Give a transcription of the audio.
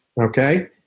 Okay